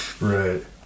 Right